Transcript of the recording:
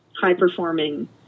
high-performing